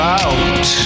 out